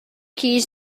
keys